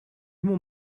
mon